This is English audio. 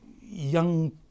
young